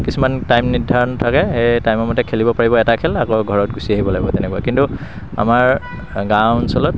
কিছুমান টাইম নিৰ্ধাৰণ থাকে সেই টাইমৰ মতে খেলিব পাৰিব এটা খেল আকৌ ঘৰত গুছি আহিব লাগিব তেনেকুৱা কিন্তু আমাৰ গাঁও অঞ্চলত